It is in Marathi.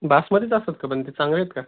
बासमतीचा असतात का पण ते चांगले आहेत का